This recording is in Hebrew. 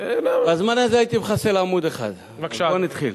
בזמן הזה הייתי מחסל עמוד אחד, בואו נתחיל.